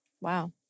Wow